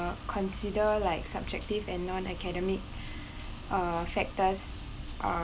uh consider like subjective and non academic factors